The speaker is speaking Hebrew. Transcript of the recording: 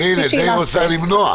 קארין, את זה היא רוצה למנוע.